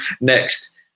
next